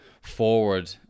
forward